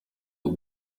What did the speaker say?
ubu